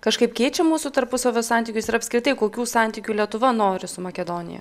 kažkaip keičia mūsų tarpusavio santykius ir apskritai kokių santykių lietuva nori su makedonija